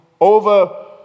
over